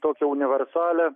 tokią universalią